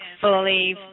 fully